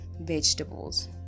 vegetables